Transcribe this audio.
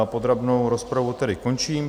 Podrobnou rozpravu tedy končím.